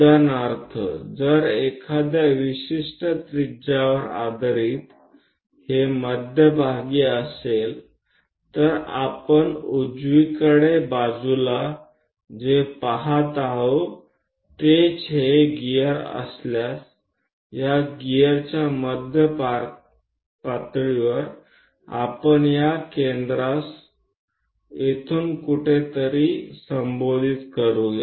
उदाहरणार्थ जर एखाद्या विशिष्ट त्रिज्यावर आधारित हे मध्यभागी असेल तर आपण उजवीकडे बाजूला जे पहात आहोत तेच हे गियर असल्यास या गीयरच्या मध्य पातळीवर आपण या एका केंद्रास येथून कुठेतरी संबोधित करूया